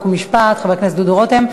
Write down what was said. חוק ומשפט חבר הכנסת דודו רותם.